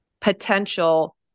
potential